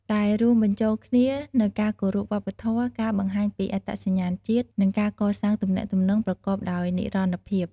ដែលរួមបញ្ចូលគ្នានូវការគោរពវប្បធម៌ ការបង្ហាញពីអត្តសញ្ញាណជាតិ និងការកសាងទំនាក់ទំនងប្រកបដោយនិរន្តរភាព។